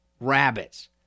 rabbits